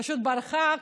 פשוט ברחה.